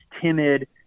timid